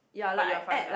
but you are fine